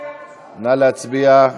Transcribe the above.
נא להצביע.